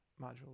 module